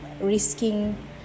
risking